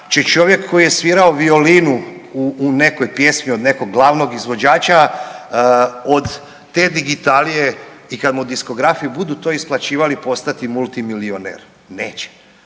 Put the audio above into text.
će čovjek koji je svirao violinu u nekoj pjesmi od nekog glavnog izvođača od te digitalije i kad mu diskografi budu to isplaćivali postati multimilioner, neće.